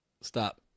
stop